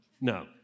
No